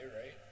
right